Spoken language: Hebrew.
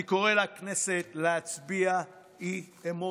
אני קורא לכנסת להצביע אי-אמון.